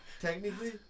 Technically